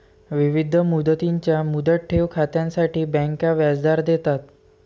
विविध मुदतींच्या मुदत ठेव खात्यांसाठी बँका व्याजदर देतात